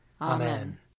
Amen